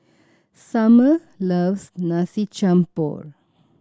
Summer loves Nasi Campur